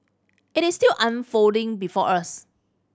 it is still unfolding before us